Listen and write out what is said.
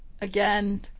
Again